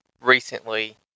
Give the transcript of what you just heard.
recently